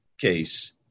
case